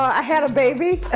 i had a baby